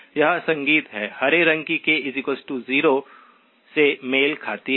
यह संगत है हरे रंग की k 0 से मेल खाती है